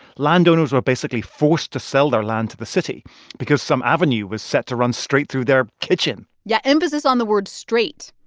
landowners were basically forced to sell their land to the city because some avenue was set to run straight through their kitchen yeah, emphasis on the word straight.